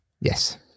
yes